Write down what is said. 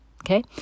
Okay